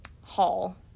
hall